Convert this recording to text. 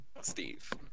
Steve